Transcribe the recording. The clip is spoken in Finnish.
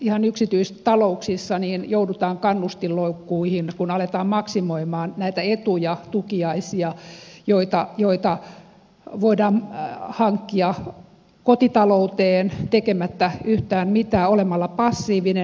ihan yksityistalouksissa joudutaan kannustinloukkuihin kun aletaan maksimoimaan näitä etuja tukiaisia joita voidaan hankkia kotitalouteen tekemättä yhtään mitään olemalla passiivinen